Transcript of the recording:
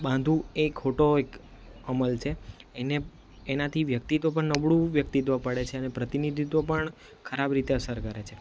બાંધવું એ ખોટો એક અમલ છે એને એનાથી વ્યક્તિત્વ પણ નબળું વ્યક્તિત્વ પડે છે અને પ્રતિનિધિત્વ પણ ખરાબ રીતે અસર કરે છે